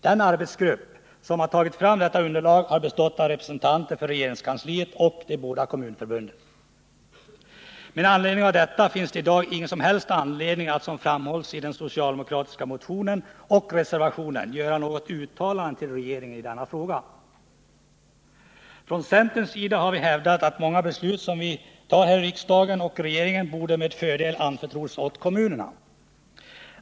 Den arbetsgrupp som har tagit fram detta underlag har bestått av representanter för regeringskansliet och de båda kommunförbunden. Med anledning av detta finns det i dag ingen som helst anledning att såsom framhålls i den socialdemokratiska motionen och reservationen göra något uttalande till regeringen i denna fråga. Från centerns sida har vi hävdat att många beslut som fattas av riksdagen och regeringen med fördel borde anförtros åt kommunerna.